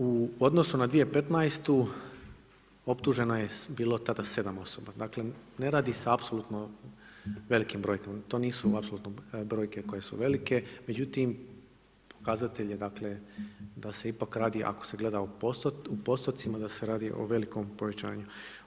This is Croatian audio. U odnosu na 2015. optuženo je bilo tada 7 osoba, dakle ne radi se apsolutno o velikim brojkama, to nisu apsolutno brojke koje su velike, međutim pokazatelj je da se ipak radi, ako se gleda u postotcima da se radi o velikom povećanju.